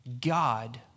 God